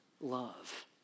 love